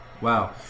Wow